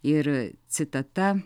ir citata